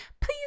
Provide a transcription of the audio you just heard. please